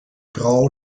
grau